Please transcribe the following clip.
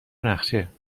نقشه